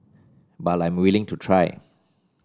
but I'm willing to try